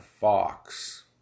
Fox